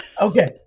Okay